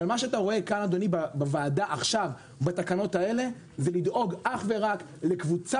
אבל מה שאתה רואה כאן בוועדה עכשיו בתקנות האלה דואג אך ורק לקבוצה